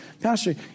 Pastor